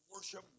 Worship